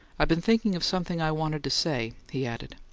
i been thinking of something i wanted to say, he added.